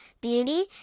beauty